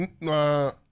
No